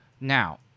Now